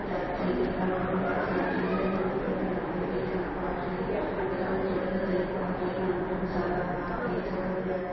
ਪਿਆਜ਼ ਚੀਰੇ ਆਲੂ ਪਿਆਜ਼ ਚੀਰ ਕੇ ਹਰੀਆਂ ਮਿਰਚਾਂ ਚੀਰ ਕੇ ਵੇਸਣ ਪਾ ਕੇ ਉਹਦੇ ਵਿੱਚ ਥੋੜ੍ਹਾ ਜਿਹਾ ਦਹੀਂ ਪਾ ਕੇ ਨਮਕ ਮਸਾਲਾ ਪਾ ਕੇ ਥੋੜ੍ਹਾ ਜਿਹਾ